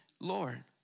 Lord